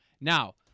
Now